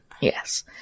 Yes